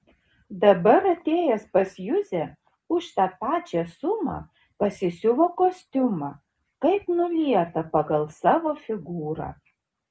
dabar atėjęs pas juzę už tą pačią sumą pasisiuvo kostiumą kaip nulietą pagal savo figūrą